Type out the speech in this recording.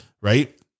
right